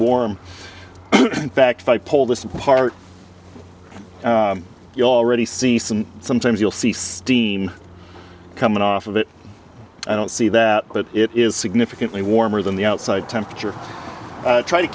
warm in fact if i pull this apart you already see some sometimes you'll see steam coming off of it i don't see that but it is significantly warmer than the outside temperature try to